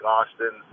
Austin